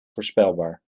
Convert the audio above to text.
voorspelbaar